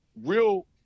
real